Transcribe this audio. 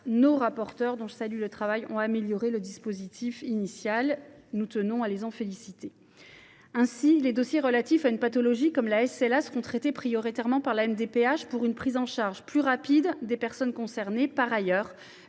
nos rapporteures, dont je salue le travail, ont amélioré le dispositif initial ; nous les en félicitons. Ainsi, les dossiers relatifs à une pathologie comme la SLA seront traités prioritairement par la MDPH pour une prise en charge plus rapide des personnes concernées. Par ailleurs,